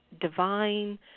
divine